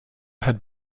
had